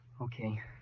Okay